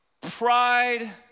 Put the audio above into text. pride